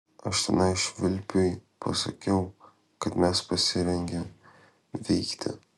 aš tenai švilpiui pasakiau kad mes pasirengę veikti